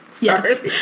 Yes